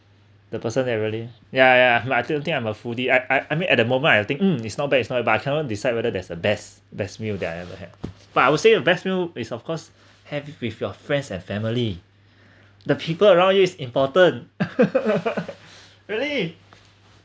the person that really yeah yeah but I still think I'm a foodie I I mean at the moment I'll think mm it's not bad it's not bad but I cannot decide whether there's a best best meal that I ever had but I would say the best meal is of course have it with your friends and family the people around you is important really